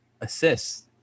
assists